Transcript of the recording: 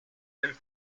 and